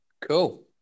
Cool